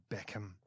Beckham